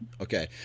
Okay